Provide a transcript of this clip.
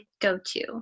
go-to